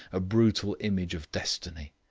a brutal image of destiny.